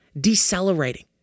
decelerating